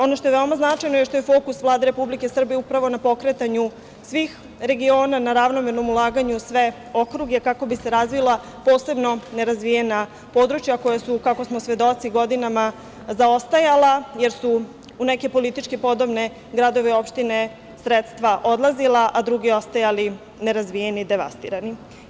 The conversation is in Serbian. Ono što je veoma značajno i što je fokus Vlade Republike Srbije upravo na pokretanju svih regiona, na ravnomernom ulaganju u sve okruge kako bi se razvila posebno nerazvijena područja koja su, kako smo svedoci godinama, zaostajala, jer su u neke politički podobne gradove i opštine sredstva odlazila, a druge ostajale nerazvijene i devastirane.